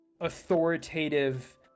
authoritative